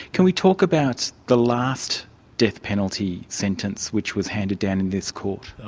can we talk about the last death penalty sentence which was handed down in this court?